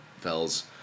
fells